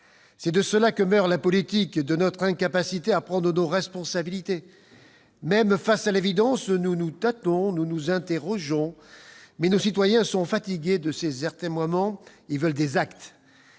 C'est de cela que meurt la politique : de notre incapacité à prendre nos responsabilités. Même face à l'évidence, nous nous tâtons, nous nous interrogeons. Mais nos concitoyens sont fatigués de ces atermoiements. Ils veulent des actes.